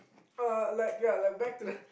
uh like ya like back to the